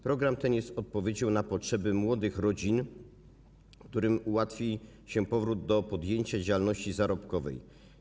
Program ten jest odpowiedzią na potrzeby młodych rodzin, którym ułatwi się powrót do podjęcia działalności zarobkowej.